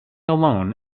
alone